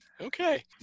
Okay